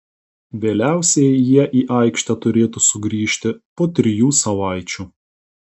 vėliausiai jie į aikštę turėtų sugrįžti po trijų savaičių